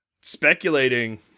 speculating